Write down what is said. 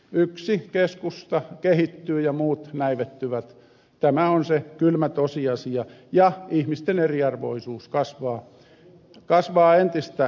yksi keskusta kehittyy ja muut näivettyvät tämä on se kylmä tosiasia ja ihmisten eriarvoisuus kasvaa entistä enemmän